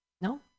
No